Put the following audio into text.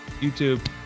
youtube